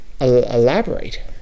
elaborate